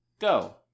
go